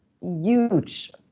huge